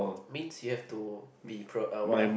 means you have to be pro~ what ah